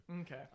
okay